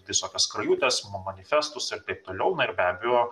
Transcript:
visokias skrajutes manifestus ir taip toliau na ir be abejo